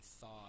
thought